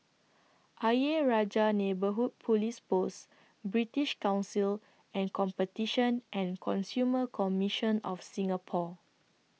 Ayer Rajah Neighbourhood Police Post British Council and Competition and Consumer Commission of Singapore